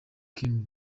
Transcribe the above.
kim